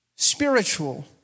spiritual